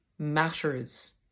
matters